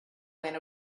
went